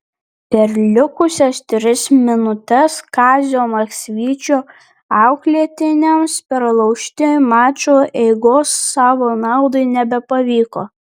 per likusias tris minutes kazio maksvyčio auklėtiniams perlaužti mačo eigos savo naudai nebepavyko